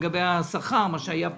לגבי השכר מה שהיה פעם,